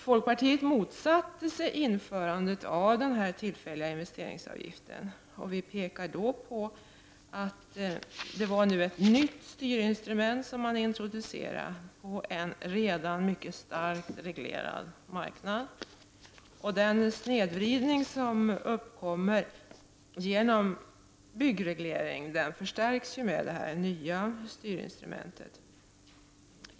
Folkpartiet motsatte sig införandet av den tillfälliga investeringsavgiften. Vi pekade på att det var ett nytt styrinstrument som man introducerade på en redan mycket starkt reglerad marknad. Den snedvridning som uppkommer genom byggregleringen förstärks med det nya styrinstrumentet.